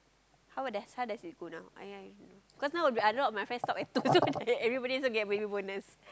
how does how does it go down I I don't know cause now I'll be I a lot of my friends stop at two so they everybody also get baby bonus